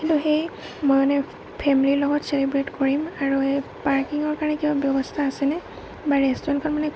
কিন্তু সেই মই মানে ফেমিলিৰ লগত চেলিব্ৰেট কৰিম আৰু এই পাৰ্কিঙৰ কাৰণে কিবা ব্যৱস্থা আছেনে বা ৰেষ্টুৰেণ্টখন মানে